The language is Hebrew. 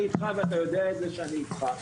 אני איתך ואתה יודע שאני איתך,